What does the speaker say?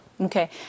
okay